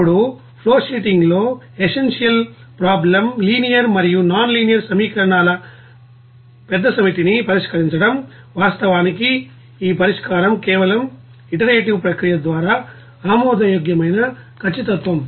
ఇప్పుడు ఫ్లోషీటింగ్ లోఎస్సెంటియాల్ problem linear మరియు నాన్ లీనియర్ సమీకరణాల పెద్ద సమితిని పరిష్కరించడం వాస్తవానికి ఈ పరిష్కారం కేవలం ఇటరేటివ్ ప్రక్రియ ద్వారా ఆమోదయోగ్యమైన ఖచ్చితత్త్వం